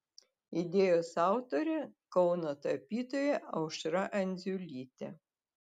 idėjos autorė kauno tapytoja aušra andziulytė